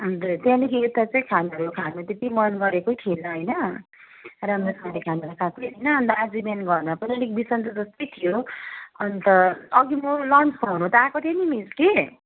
अन्त त्यहाँदेखि यता चाहिँ खान यो खान त्यति मन गरेकै थिएन होइन र मेरो त्यहाँदेखि आउनेवाला साथी होइन अन्त आजै बिहान घरमा पनि अलिक बिसन्चो जस्तै थियो अन्त अघि म लन्च खुवाउनु त आएको थिएँ नि मिस कि